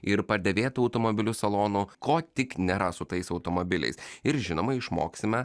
ir padėvėtų automobilių salonų ko tik nėra su tais automobiliais ir žinoma išmoksime